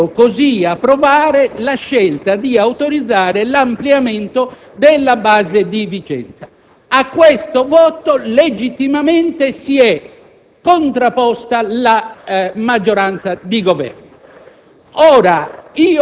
Signor Presidente, io credo che sia nell'interesse di tutti evitare che il significato politico di un voto venga travolto